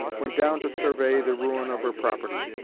went down to survey the ruin of her property.